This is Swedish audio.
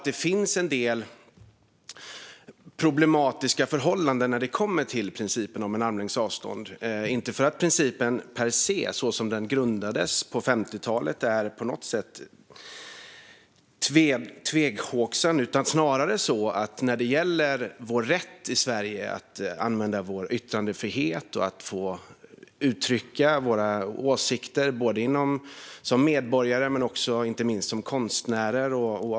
Det finns en del problematiska förhållanden när det kommer till principen om armlängds avstånd. Det är inte för att principen per se, så som den grundades på 50-talet, på något sätt är tvetydig. Det är snarare så att det handlar om vår rätt i Sverige att använda vår yttrandefrihet och att få uttrycka våra åsikter. Det gäller som medborgare men inte minst som konstnär.